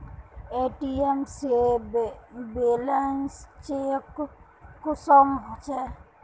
ATM से balance check कुंसम होचे?